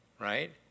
right